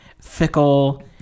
fickle